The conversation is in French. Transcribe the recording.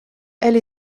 elle